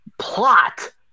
plot